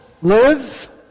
live